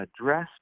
address